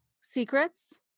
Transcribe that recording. secrets